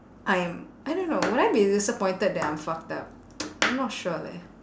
I am I don't know would I be disappointed that I'm fucked up I'm not sure leh